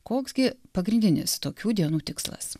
koks gi pagrindinis tokių dienų tikslas